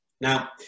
Now